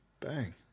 Bang